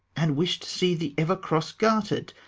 and wish'd to see thee ever cross-garter'd.